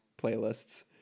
playlists